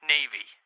Navy